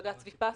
בג"ץ ויפאסנה,